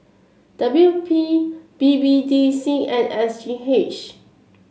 W P B B D C and S G H